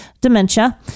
dementia